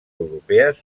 europees